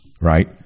right